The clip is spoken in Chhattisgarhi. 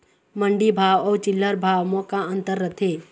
मंडी भाव अउ चिल्हर भाव म का अंतर रथे?